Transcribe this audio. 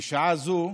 בשעה זו,